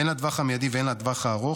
הן לטווח המיידי והן לטווח הארוך,